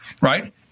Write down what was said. Right